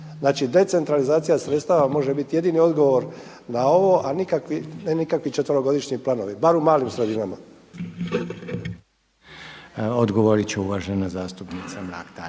Znači decentralizacija sredstava može bit jedini odgovor na ovo, a ne nikakvi četverogodišnji planovi bar u malim sredinama. **Reiner, Željko (HDZ)** Odgovorit će uvažena zastupnica Mrak